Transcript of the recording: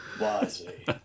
wisely